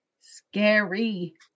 Scary